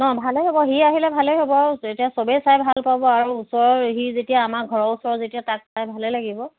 নহ্ ভালেই হ'ব সি আহিলে ভালেই হ'ব আৰু এতিয়া সবেই চাই ভাল পাব আৰু ওচৰৰ সি যেতিয়া আমাৰ ঘৰৰ ওচৰৰ যেতিয়া তাক চাই ভালেই লাগিব